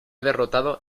derrotado